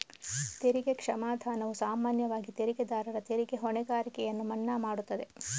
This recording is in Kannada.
ತೆರಿಗೆ ಕ್ಷಮಾದಾನವು ಸಾಮಾನ್ಯವಾಗಿ ತೆರಿಗೆದಾರರ ತೆರಿಗೆ ಹೊಣೆಗಾರಿಕೆಯನ್ನು ಮನ್ನಾ ಮಾಡುತ್ತದೆ